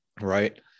right